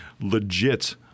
legit